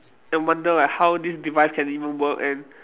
and wonder like how this device can even work and